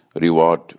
reward